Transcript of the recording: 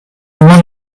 want